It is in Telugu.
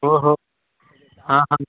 ఓహో ఆహా